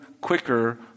quicker